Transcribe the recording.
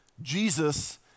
Jesus